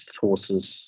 horses